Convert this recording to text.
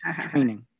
training